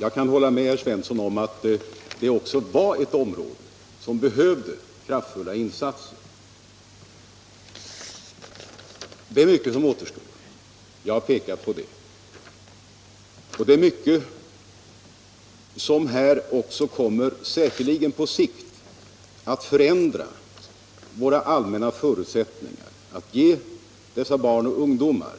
Jag kan hålla med herr Svensson om att det också var ett område som behövde kraftfulla insatser. Jag har framhållit att mycket återstår att göra. På sikt kommer säkerligen mycket att hända som förändrar våra allmänna förutsättningar att ge dessa barn och ungdomar